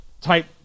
type